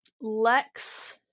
lex